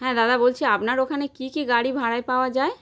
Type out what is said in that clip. হ্যাঁ দাদা বলছি আপনার ওখান কী কী গাড়ি ভাড়ায় পাওয়া যায়